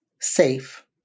safe